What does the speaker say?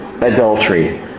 adultery